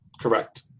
Correct